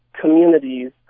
communities